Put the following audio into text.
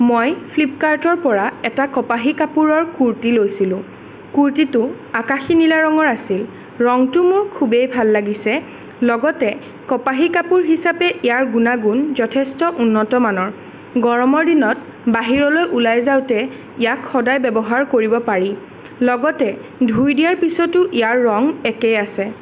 মই ফ্লিপকাৰ্টৰ পৰা এটা কপাহী কাপোৰৰ কূৰ্টি লৈছিলোঁ কূৰ্টীটো আকাশী নীলা ৰঙৰ আছিল ৰঙটো মোৰ খুবেই ভাল লাগিছে লগতে কপাহী কাপোৰ হিচাৰে ইয়াৰ গুণাগুণ যথেষ্ট উন্নত মানৰ গৰমৰ দিনত বাহিৰলৈ ওলাই যাওঁতে ইয়াক সদায় ব্যৱহাৰ কৰিব পাৰি লগতে ধুই দিয়াৰ পিছতো ইয়াৰ ৰং একেই আছে